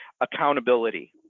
Accountability